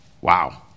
Wow